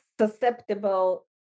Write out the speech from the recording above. susceptible